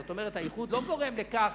זאת אומרת, האיחוד לא גורם לכך